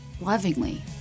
lovingly